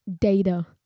data